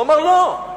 אמר: לא,